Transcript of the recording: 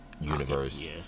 universe